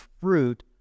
fruit